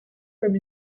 comme